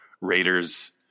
Raiders